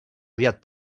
aviat